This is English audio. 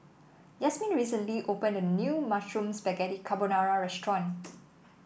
Yazmin recently opened a new Mushroom Spaghetti Carbonara Restaurant